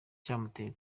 cyaguteye